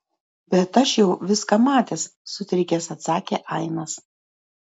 bet aš jau viską matęs sutrikęs atsakė ainas